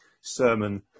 sermon